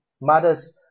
Mothers